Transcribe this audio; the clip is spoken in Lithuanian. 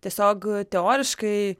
tiesiog teoriškai